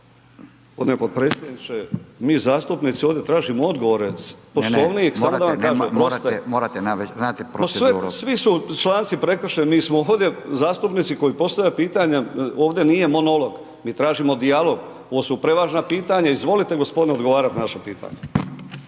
G. potpredsjedniče, mi zastupnici ovdje tražimo odgovore .../Upadica: Ne, ne. Morate. Znate proceduru./... Ma sve, svi su članci prekršeni, mi smo ovdje zastupnici koji postavljaju pitanja, ovdje nije monolog, mi tražimo dijalog. Ovo su prevažna pitanja, izvolite gospodine odgovarati na naša pitanja.